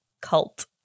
Cult